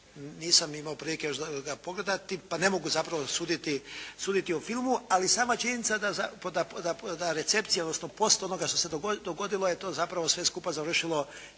nisam imao prilike ga pogledati pa ne mogu zapravo suditi o filmu, ali sama činjenica da po recepciji, dakle poslije onoga što se dogodilo je to zapravo sve skupa završilo